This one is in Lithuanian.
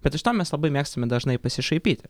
bet iš to mes labai mėgstame dažnai pasišaipyti